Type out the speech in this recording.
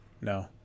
No